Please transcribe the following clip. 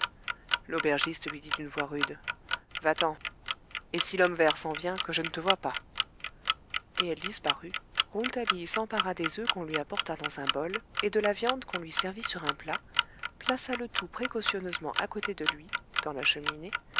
l'aubergiste lui dit d'une voix rude va-t'en et si l'homme vert s'en vient que je ne te voie pas et elle disparut rouletabille s'empara des œufs qu'on lui apporta dans un bol et de la viande qu'on lui servit sur un plat plaça le tout précieusement à côté de lui dans la cheminée